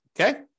Okay